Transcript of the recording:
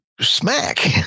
smack